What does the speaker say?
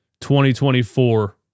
2024